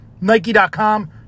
Nike.com